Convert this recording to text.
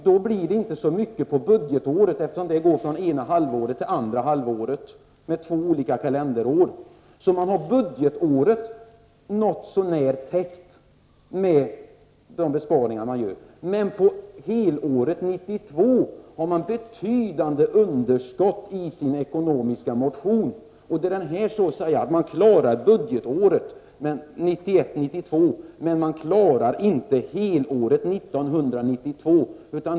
Då blir det inte så mycket på det då innevarande budgetåret, eftersom halva budgetåret då har gått till ända. Det innebär att man har finansieringen under budgetåret något så när täckt genom de besparingar man föreslår. Men på helåret 1992 blir det betydande underskott enligt förslagen i den ekonomisk-politiska motionen. Man klarar alltså budgetåret 1991/92, men man klarar inte helåret 1992.